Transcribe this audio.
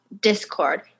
discord